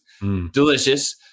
Delicious